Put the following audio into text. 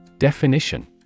Definition